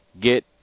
get